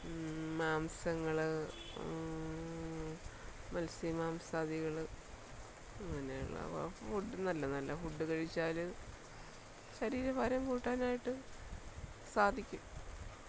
മാംസങ്ങൾ മത്സ്യമാംസാദികൾ അങ്ങനെയുള്ളവ ഫുഡ് നല്ല നല്ല ഫുഡ് കഴിച്ചാൽ ശരീരഭാരം കൂട്ടാനായിട്ട് സാധിക്കും